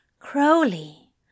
Crowley